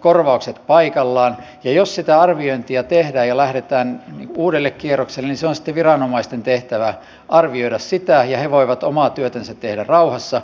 korvaukset paikallaan ja jos sitä arviointia tehdään ja lähdetään uudelle kierrokselle niin se on sitten viranomaisten tehtävä arvioida sitä ja he voivat omaa työtänsä tehdä rauhassa